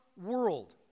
world